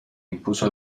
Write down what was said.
impuso